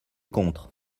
contre